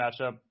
matchup